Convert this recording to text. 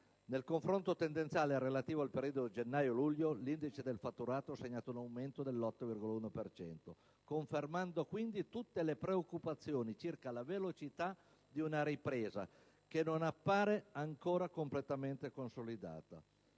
Nel confronto tendenziale relativo al periodo gennaio-luglio, l'indice del fatturato ha segnato un aumento dell'8,1 per cento, confermando quindi tutte le preoccupazioni circa la velocità di una ripresa che non appare ancora completamente consolidata;